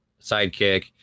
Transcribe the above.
sidekick